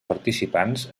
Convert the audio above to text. participants